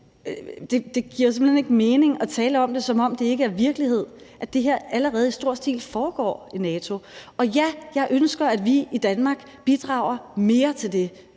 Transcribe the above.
regi, giver simpelt hen ikke mening. Altså, man taler om det, som om det ikke er virkelighed, at det her allerede i stor stil foregår i NATO. Og ja, jeg ønsker, at vi i Danmark bidrager mere til det.